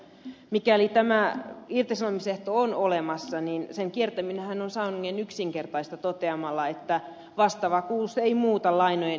mikäli tämä irtisanomisehto on olemassa niin sen kiertäminenhän on sangen yksinkertaista toteamalla että vastavakuus ei muuta lainojen etuoikeusasemaa